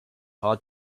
hard